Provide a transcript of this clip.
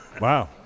Wow